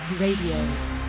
Radio